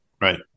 Right